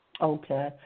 Okay